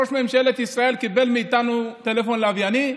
ראש ממשלת ישראל קיבל מאיתנו טלפון לווייני?